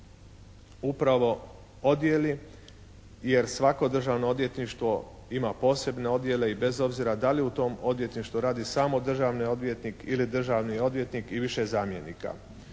upravo odjeli jer svako državno odvjetništvo ima posebne odjele i bez obzira da li u tom odvjetništvu radi samo državni odvjetnik ili državni odvjetnik i više zamjenika.